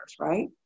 Right